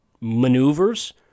maneuvers